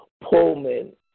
Pullman